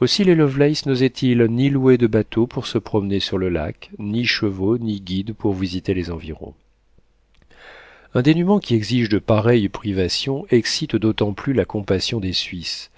aussi les lovelace nosaient ils ni louer de bateaux pour se promener sur le lac ni chevaux ni guides pour visiter les environs un dénûment qui exige de pareilles privations excite d'autant plus la compassion des suisses